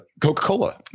Coca-Cola